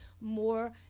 more